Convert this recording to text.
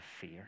fear